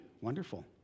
Wonderful